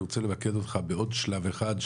אני רוצה למקד אותך בעוד שלב אחד,